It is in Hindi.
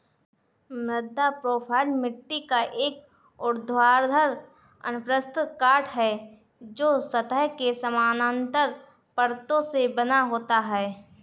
मृदा प्रोफ़ाइल मिट्टी का एक ऊर्ध्वाधर अनुप्रस्थ काट है, जो सतह के समानांतर परतों से बना होता है